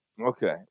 Okay